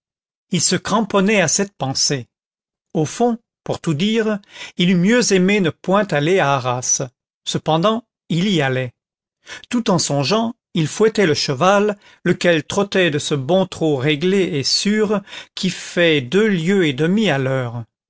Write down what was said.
il se cramponnait à cette pensée au fond pour tout dire il eût mieux aimé ne point aller à arras cependant il y allait tout en songeant il fouettait le cheval lequel trottait de ce bon trot réglé et sûr qui fait deux lieues et demie à l'heure